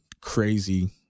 crazy